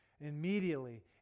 immediately